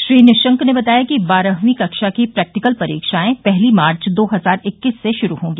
श्री निशंक ने बताया कि बारहवीं कक्षा की प्रेकटिकल परीक्षाएं पहली मार्च दो हजार इक्कीस से शुरू होंगी